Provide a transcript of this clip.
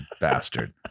bastard